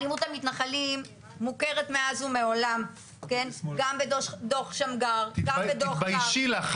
אלימות המתנחלים מוכרת מאז ומעולם גם בדו"ח שמגר --- תתביישי לך,